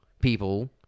people